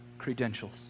credentials